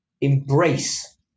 embrace